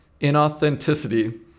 inauthenticity